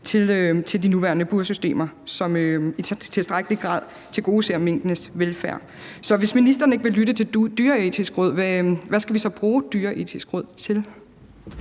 til de nuværende bursystemer, som i tilstrækkelig grad tilgodeser minkenes velfærd. Så hvis ministeren ikke vil lytte til Det Dyreetiske Råd, hvad skal vi så bruge Det Dyreetiske Råd til?